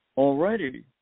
already